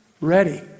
ready